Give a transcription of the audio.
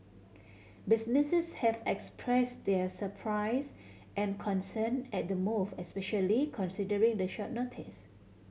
businesses have express their surprise and concern at the move especially considering the short notice